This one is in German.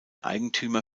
eigentümer